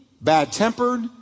bad-tempered